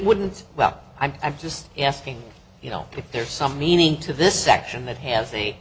wouldn't well i'm just asking you know if there's some meaning to this section that ha